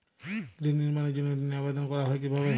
গৃহ নির্মাণের জন্য ঋণের আবেদন করা হয় কিভাবে?